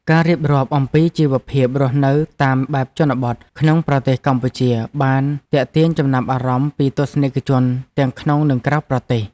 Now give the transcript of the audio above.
ការរៀបរាប់អំពីជីវភាពរស់នៅតាមបែបជនបទក្នុងប្រទេសកម្ពុជាបានទាក់ទាញចំណាប់អារម្មណ៍ពីទស្សនិកជនទាំងក្នុងនិងក្រៅប្រទេស។